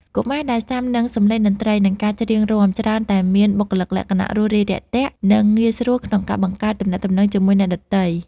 កុមារដែលស៊ាំនឹងសម្លេងតន្ត្រី និងការច្រៀងរាំ ច្រើនតែមានបុគ្គលិកលក្ខណៈរួសរាយរាក់ទាក់ និងងាយស្រួលក្នុងការបង្កើតទំនាក់ទំនងជាមួយអ្នកដទៃ។